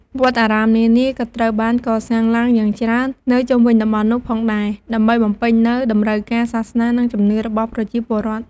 វត្តអារាមនានា ក៏ត្រូវបាន កសាងឡើងយ៉ាងច្រើន នៅ ជុំវិញតំបន់នោះ ផងដែរ ដើម្បីបំពេញនូវ តម្រូវការសាសនា និង ជំនឿ របស់ ប្រជាពលរដ្ឋ។